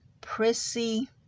prissy